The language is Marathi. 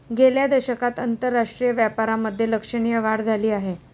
गेल्या दशकात आंतरराष्ट्रीय व्यापारामधे लक्षणीय वाढ झाली आहे